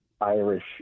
Irish